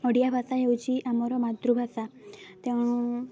ଓଡ଼ିଆ ଭାଷା ହେଉଛି ଆମର ମାତୃଭାଷା ତେଣୁ